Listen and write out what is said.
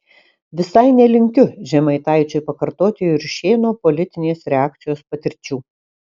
visai nelinkiu žemaitaičiui pakartoti juršėno politinės reakcijos patirčių